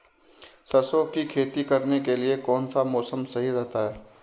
सरसों की खेती करने के लिए कौनसा मौसम सही रहता है?